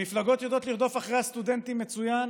המפלגות יודעות לרדוף אחרי הסטודנטים מצוין,